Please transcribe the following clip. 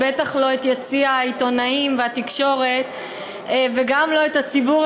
ובטח לא את יציע העיתונאים והתקשורת וגם לא את הציבור,